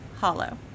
Hollow